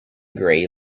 grey